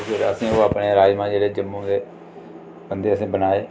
असें ओह फ्ही अपने राजमां जेह्ड़े जम्मू दे बनदे असें बनाए